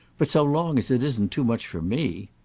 but so long as it isn't too much for me!